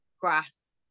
grass